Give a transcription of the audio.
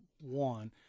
one